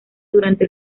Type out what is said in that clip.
durante